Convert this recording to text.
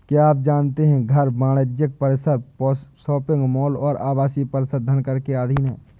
क्या आप जानते है घर, वाणिज्यिक परिसर, शॉपिंग मॉल और आवासीय परिसर धनकर के अधीन हैं?